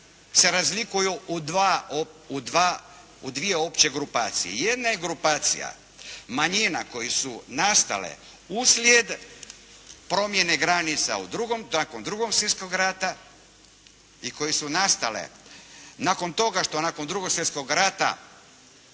se razlikuju u dvije opće grupacije. Jedna je grupacija manjina koje su nastale uslijed promjene granica nakon II. Svjetskog rata i koje su nastale nakon toga što nakon II. Svjetskog rata